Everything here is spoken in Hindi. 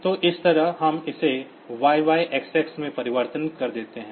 तो इस तरह हम इसे YYXX में परिवर्तित कर देते हैं